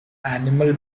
animal